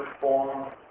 form